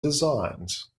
designs